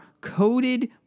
coded